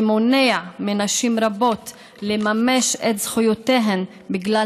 שמונע מנשים רבות לממש את זכויותיהן בגלל